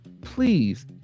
please